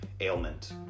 ailment